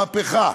מהפכה.